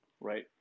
right